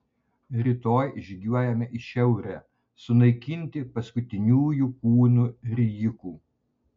rytoj žygiuojame į šiaurę sunaikinti paskutiniųjų kūnų rijikų